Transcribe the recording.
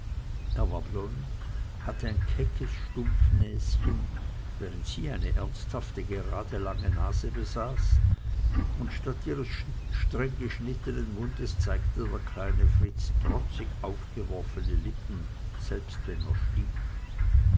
hatte ein keckes stumpfnäschen während sie eine ernsthafte grade lange nase besaß und statt ihres streng geschnittenen mundes zeigte der kleine fritz trotzig aufgeworfene lippen selbst wenn er schlief